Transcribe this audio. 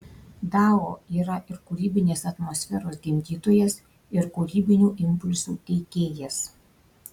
dao yra ir kūrybinės atmosferos gimdytojas ir kūrybinių impulsų teikėjas